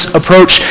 approach